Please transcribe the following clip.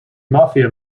mafia